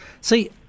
See